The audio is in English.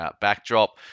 backdrop